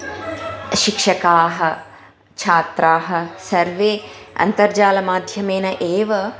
शिक्षकाः छात्राः सर्वे अन्तर्जालमाध्यमेन एव